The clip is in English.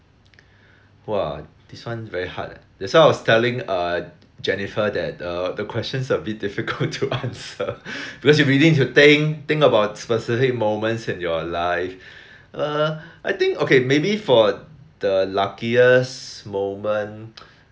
!wah! this one very hard leh that's why I was telling err Jennifer that err the questions a bit difficult to answer because you really need to think think about specific moments in your life uh I think okay maybe for the luckiest moment